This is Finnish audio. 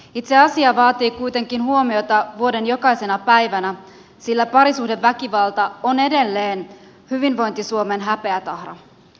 itse asia vaatii kuitenkin huomiota vuoden jokaisena päivänä sillä parisuhdeväkivalta on edelleen hyvinvointi suomen häpeätahra